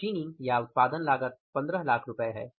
machining या उत्पादन लागत 1500000 है